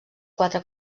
quatre